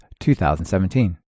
2017